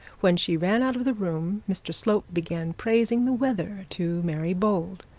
when she ran out of the room, mr slope began praising the weather to mary bold,